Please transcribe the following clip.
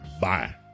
Bye